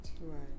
Right